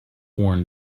worn